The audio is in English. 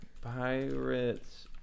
pirates